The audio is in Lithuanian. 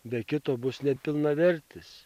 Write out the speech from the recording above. be kito bus nepilnavertis